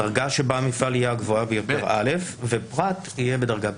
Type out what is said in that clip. הדרגה של בעל מפעל תהיה א' ולאדם פרטי זה יהיה ב'?